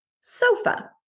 sofa